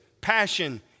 passion